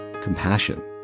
compassion